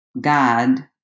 God